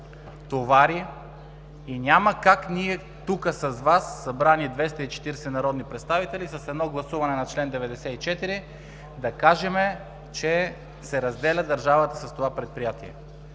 товари и няма как ние тук с Вас, събрани 240 народни представители, с едно гласуване на чл. 94 да кажем, че държавата се разделя с това предприятие.